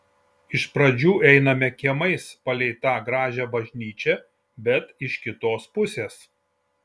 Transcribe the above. iš pradžių einame kiemais palei tą gražią bažnyčią bet iš kitos pusės